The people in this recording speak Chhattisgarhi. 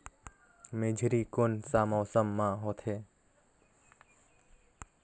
मेझरी कोन सा मौसम मां होथे?